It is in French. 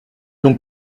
donc